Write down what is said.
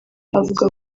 avuga